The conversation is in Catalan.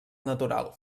natural